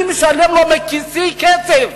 אני משלם לו מכיסי כסף.